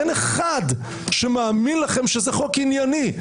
אין אחד שמאמין לכם שזה חוק ענייני.